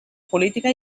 política